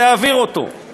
חברי הכנסת, נא, השר